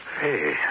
Hey